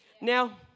Now